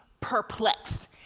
perplexed